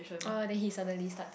oh then he suddenly start it